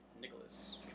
Nicholas